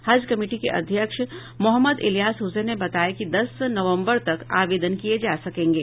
हज कमिटी के अध्यक्ष मोहम्मद इलियास हुसैन ने बताया कि दस नवम्बर तक आवेदन किये जा सकेंगे